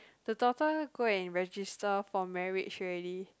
the daughter go and register for marriage already